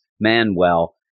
Manuel